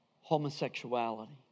homosexuality